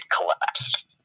collapsed